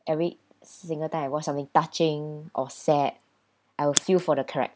every single time I watch something touching or sad I will feel for the character